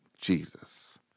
Jesus